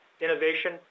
innovation